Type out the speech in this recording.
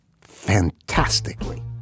fantastically